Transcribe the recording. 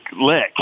lick